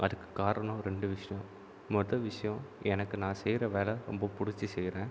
அதுக்கு காரணம் ரெண்டு விஷயம் மொதல் விஷயம் எனக்கு நான் செய்கிற வேலை ரொம்ப பிடிச்சி செய்கிறேன்